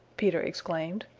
peter exclaimed.